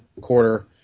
quarter